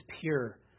pure